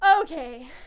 Okay